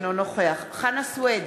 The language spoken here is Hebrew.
אינו נוכח חנא סוייד,